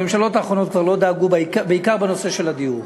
הממשלות האחרונות כבר לא דאגו, בעיקר בנושא הדיור.